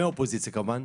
מהאופוזיציה כמובן,